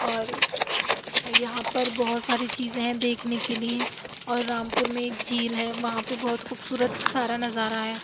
اور یہاں پر بہت ساری چیزیں ہیں دیکھنے کے لیے اور رامپور میں ایک جھیل ہے وہاں پہ بہت خوبصورت سارا نظارا ہے